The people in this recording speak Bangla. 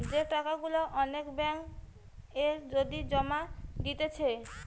যে টাকা গুলা কোন ব্যাঙ্ক এ যদি জমা দিতেছে